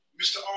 Mr